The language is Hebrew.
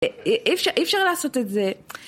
אי אפשר לעשות את זה.